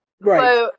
right